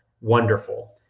wonderful